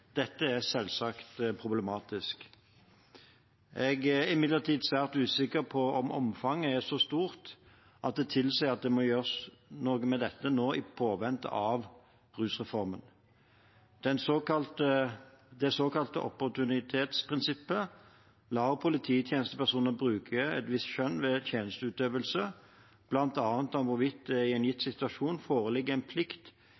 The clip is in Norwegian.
Dette er selvsagt problematisk. Jeg er imidlertid svært usikker på om omfanget er så stort at det tilsier at noe må gjøres med dette nå, i påvente av rusreformen. Det såkalte opportunitetsprinsippet lar polititjenestepersoner bruke et visst skjønn ved tjenesteutøvelse, bl.a. om hvorvidt det i en gitt situasjon foreligger en plikt